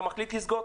אתה מחליט לסגור,